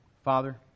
Father